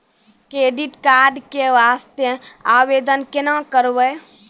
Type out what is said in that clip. Credit card के वास्ते आवेदन केना करबै?